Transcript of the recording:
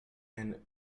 and